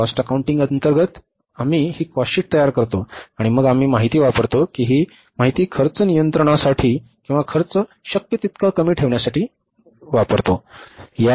cost accounting अंतर्गत आम्ही ही कॉस्टशीट तयार करतो आणि मग आम्ही माहिती वापरतो आणि ही माहिती खर्च नियंत्रणासाठी किंवा खर्च शक्य तितका कमी ठेवण्यासाठी वापरतो